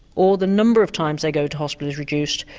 or the number of times they go to hospital is reduced,